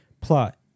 plot